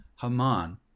Haman